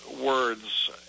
words